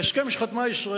וכדאי לומר את זה.